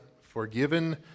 Forgiven